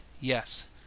yes